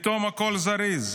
פתאום הכול זריז.